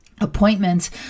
appointments